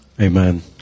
Amen